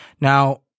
Now